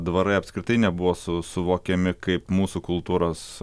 dvarai apskritai nebuvo suvokiami kaip mūsų kultūros